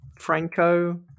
Franco